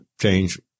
change